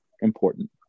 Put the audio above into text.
important